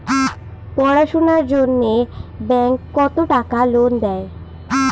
পড়াশুনার জন্যে ব্যাংক কত টাকা লোন দেয়?